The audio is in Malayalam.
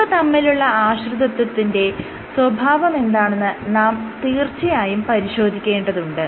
ഇവ തമ്മിലുള്ള ആശ്രിതത്വത്തിന്റെ സ്വഭാവമെന്താണെന്ന് നാം തീർച്ചയായും പരിശോധിക്കേണ്ടതുണ്ട്